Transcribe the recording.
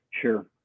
Sure